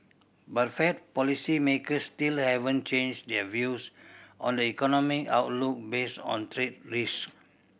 but Fed policymakers still haven't changed their views on the economic outlook based on trade risk